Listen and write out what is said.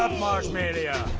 marshmalia.